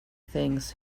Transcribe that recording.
things